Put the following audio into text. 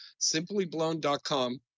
Simplyblown.com